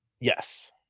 Yes